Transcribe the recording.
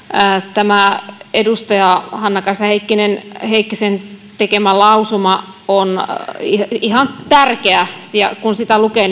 tämä edustaja hanna kaisa heikkisen heikkisen tekemä lausuma on ihan tärkeä kun sitä lukee